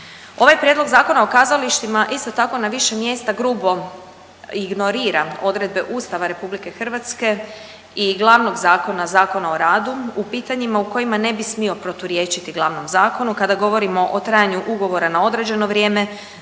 Ovaj Prijedlog Zakona o kazalištima isto tako na više mjesta grubo ignorira odredbe Ustava RH i glavnog zakona Zakona o radu u pitanjima u kojima ne bi smio proturječiti glavnom zakonu kada govorimo o trajanju ugovora na određeno vrijeme,